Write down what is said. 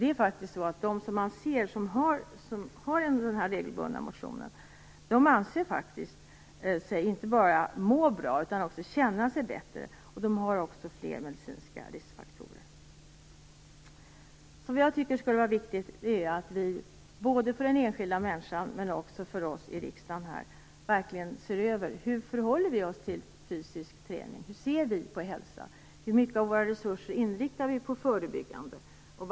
Det är faktiskt så att de som utövar regelbunden motion inte bara anser sig må bra, utan de har också färre medicinska riskfaktorer. Jag tycker att det skulle vara viktigt att undersöka både den enskilda människans och vårt eget förhållningssätt här i riksdagen till fysisk träning. Hur ser vi på hälsa? Hur mycket av våra resurser inriktar vi på förebyggande verksamhet?